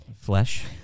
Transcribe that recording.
flesh